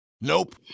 Nope